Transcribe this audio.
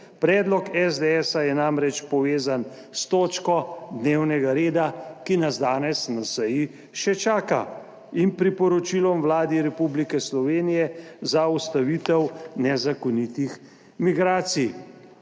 Predlog SDS je namreč povezan s točko dnevnega reda, ki nas danes na seji še čaka, in priporočilom Vladi Republike Slovenije za ustavitev nezakonitih migracij,